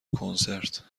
کنسرت